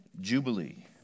jubilee